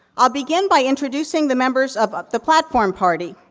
i'll begin by introducing the members of ah the platform party.